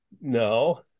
No